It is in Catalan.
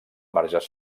marges